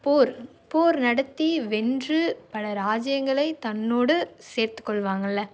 போர் போர் நடத்தி வென்று பல ராஜியங்களை தன்னோடு சேர்த்து கொள்ளுவாங்கல்ல